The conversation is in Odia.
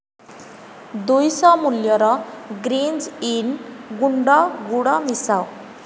ଦୁଇଶହ ମୂଲ୍ୟର ଗ୍ରୀଞ୍ଜ ଇନ ଗୁଣ୍ଡ ଗୁଡ଼ ମିଶାଅ